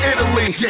Italy